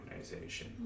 organization